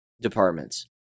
departments